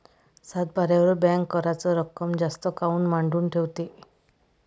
सातबाऱ्यावर बँक कराच रक्कम जास्त काऊन मांडून ठेवते?